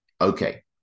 Okay